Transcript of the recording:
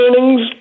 earnings